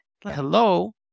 Hello